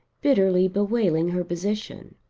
bitterly bewailing her position.